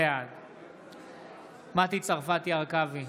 בעד מטי צרפתי הרכבי,